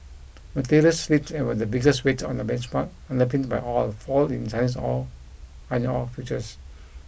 materials slipped and were the biggest weight on the benchmark underpinned by all fall in Chinese or iron ore futures